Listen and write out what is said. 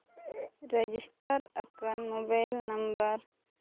register ᱟᱠᱟᱱ mobile number